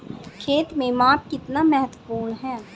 खेत में माप कितना महत्वपूर्ण है?